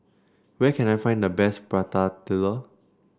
where can I find the best Prata Telur